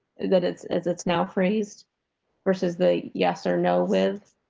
that it's as it's now phrased versus the yes or no with.